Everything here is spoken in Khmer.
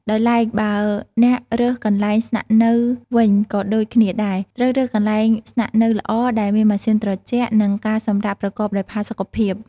ដោយឡែកបើអ្នករើសកន្លែងស្នាក់នៅវិញក៏ដូចគ្នាដែរ ត្រូវរើសកន្លែងស្នាក់នៅល្អដែលមានម៉ាស៊ីនត្រជាក់ និងការសម្រាកប្រកបដោយផាសុកភាព។